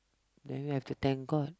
then we have to thank god